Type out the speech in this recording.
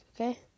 okay